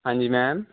ਹਾਂਜੀ ਮੈਮ